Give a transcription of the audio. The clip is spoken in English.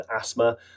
asthma